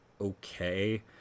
okay